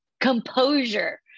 composure